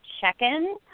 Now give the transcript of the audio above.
check-in